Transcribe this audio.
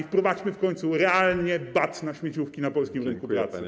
Wprowadźmy w końcu realnie bat na śmieciówki na polskim rynku pracy.